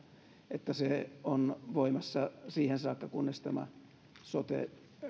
että se on voimassa siihen saakka kunnes tämä sote